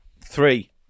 Three